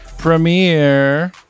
Premiere